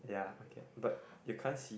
ya okay but you can't see